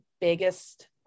biggest